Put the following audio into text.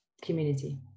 community